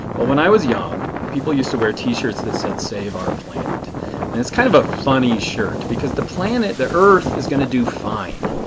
well when i was young people used to wear t-shirts that said save our planet. and it is kind of a funny shirt because the planet, the earth, is going to do fine.